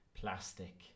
plastic